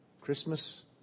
Christmas